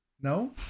No